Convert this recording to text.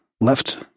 left